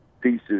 pieces